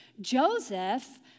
Joseph